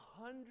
hundred